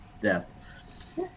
death